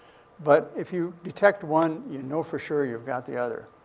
but if you detect one, you know for sure you've got the other.